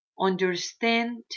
understand